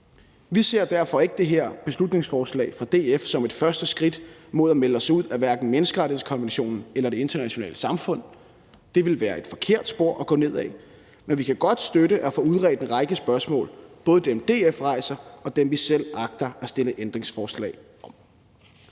Vi ser derfor ikke det her beslutningsforslag fra DF som et første skridt mod at melde os ud af menneskerettighedskonventionen eller det internationale samfund. Det ville være et forkert spor at gå ned ad. Men vi kan godt støtte at få udredt en række spørgsmål, både dem, DF rejser, og dem, vi selv agter at stille ændringsforslag om.